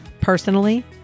personally